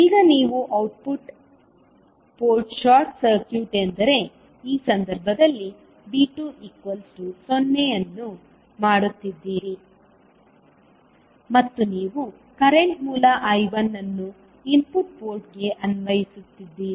ಈಗ ನೀವು output port short circuit ಎಂದರೆ ಈ ಸಂದರ್ಭದಲ್ಲಿV2 0 ಅನ್ನು ಮಾಡುತ್ತಿದ್ದೀರಿ ಮತ್ತು ನೀವು ಕರೆಂಟ್ ಮೂಲ I1 ಅನ್ನು ಇನ್ಪುಟ್ ಪೋರ್ಟ್ಗೆ ಅನ್ವಯಿಸುತ್ತಿದ್ದೀರಿ